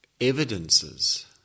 evidences